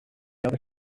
other